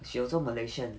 she also malaysian